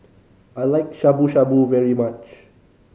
I like Shabu Shabu very much